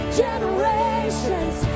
generations